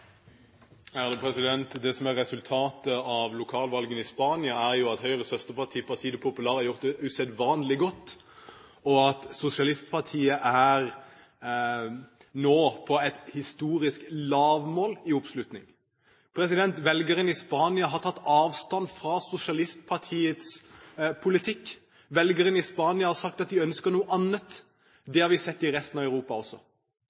resultatet av lokalvalgene i Spania, er jo at Høyres søsterparti Partido Popular har gjort det usedvanlig godt, og at sosialistpartiet nå er på et historisk lavmål i oppslutning. Velgerne i Spania har tatt avstand fra sosialistpartiets politikk. Velgerne i Spania har sagt at de ønsker noe annet. Det har vi sett i resten av Europa også.